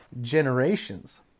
generations